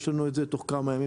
יש לנו את זה תוך כמה ימים.